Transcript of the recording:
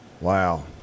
Wow